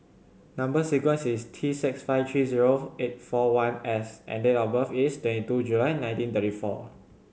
number sequence is T six five three zero eight four one S and date of birth is twenty two July nineteen thirty four